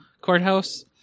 courthouse